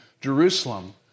Jerusalem